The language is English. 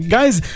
Guys